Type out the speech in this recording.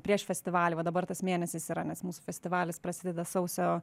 prieš festivalį va dabar tas mėnesiais yra nes mūsų festivalis prasideda sausio